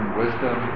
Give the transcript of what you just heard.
wisdom